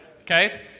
Okay